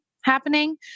happening